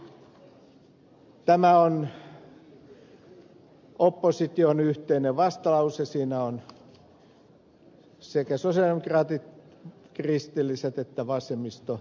tämä on opposition yhteinen vastalause siinä ovat sekä sosialidemokraatit kristilliset että vasemmistoliitto